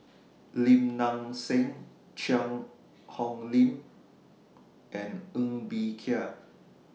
Lim Nang Seng Cheang Hong Lim and Ng Bee Kia